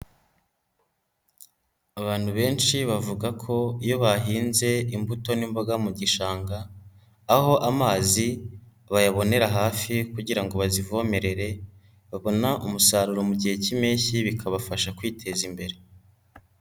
Abantu benshi bavuga ko iyo bahinze imbuto n'imboga mu gishanga, aho amazi bayabonera hafi kugira ngo bazivomerere, babona umusaruro mu gihe k'impeshyi bikabafasha kwiteza imbere.